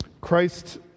Christ